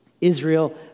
Israel